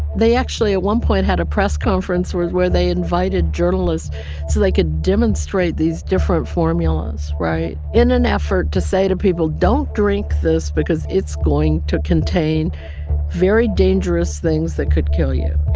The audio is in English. they actually at one point had a press conference where where they invited journalists so they could demonstrate these different formulas right? in an effort to say to people, don't drink this because it's going to contain very dangerous things that could kill you